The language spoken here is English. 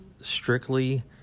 strictly